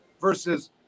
versus